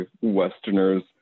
Westerners